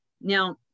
now